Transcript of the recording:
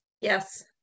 Yes